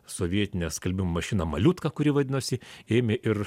sovietinę skalbimo mašiną maliutka kuri vadinosi ėmė ir